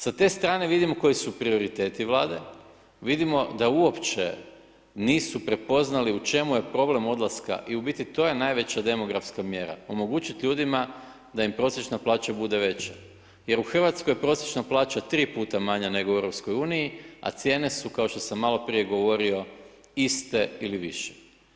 Sa te strane vidimo koji su prioriteti Vlade, vidimo da uopće nisu prepoznali u čemu je problem odlaska i u biti to je najveća demografska mjera, omogućiti ljudima da im prosječna plaća bude veća jer u Hrvatskoj je prosječna plaća tri puta manja nego u EU a cijene su kao što sam malo prije govorio iste ili više.